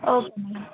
okay madam